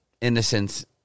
innocence